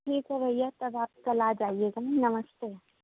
ठीक है भैया तब आप कल आ जाइएगा ना नमस्ते